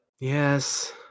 yes